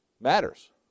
Matters